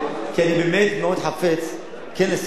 כי אני באמת חפץ מאוד לסייע להם.